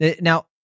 Now-